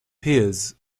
pears